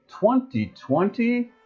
2020